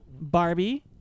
Barbie